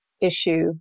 issue